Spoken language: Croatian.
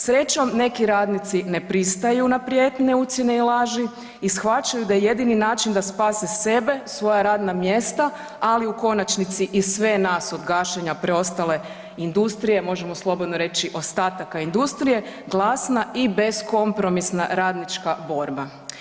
Srećom neki radnici ne pristaju na prijetnje, ucjene i laži i shvaćaju da je jedini način da spase sebe, svoja radna mjesta ali u konačnici i sve nas od gašenja preostale industrije, možemo slobodno reći ostataka industrije, glasna i beskompromisna radnička borba.